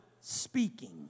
speaking